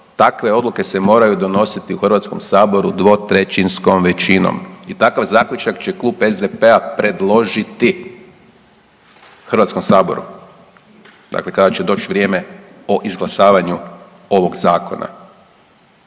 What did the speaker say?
takve odluke se moraju donositi u HS dvotrećinskom većinom i takav zaključak će Klub SDP-a predložiti HS, dakle kada će doći vrijeme o izglasavanju ovog zakona.